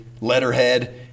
letterhead